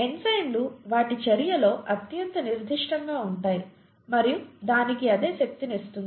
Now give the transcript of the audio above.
ఎంజైమ్లు వాటి చర్యలో అత్యంత నిర్దిష్టంగా ఉంటాయి మరియు దానికి అదే శక్తిని ఇస్తుంది